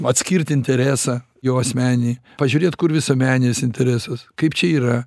atskirt interesą jo asmeninį pažiūrėt kur visuomeninis interesas kaip čia yra